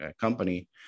company